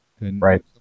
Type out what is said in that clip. Right